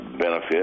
benefit